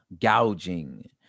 gouging